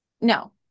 no